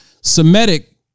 Semitic